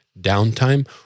downtime